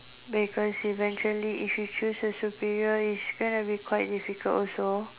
because eventually if you choose a superior it's going to be quite difficult also